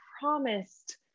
promised